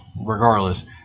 regardless